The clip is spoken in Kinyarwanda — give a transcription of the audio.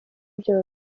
byose